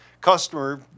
customer